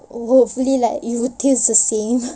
hopefully like it will taste the same